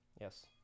Yes